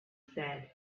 said